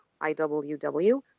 IWW